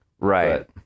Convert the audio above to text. right